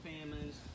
famines